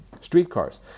streetcars